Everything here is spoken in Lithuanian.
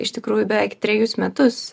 iš tikrųjų beveik trejus metus